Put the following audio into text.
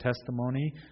testimony